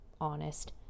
honest